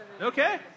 Okay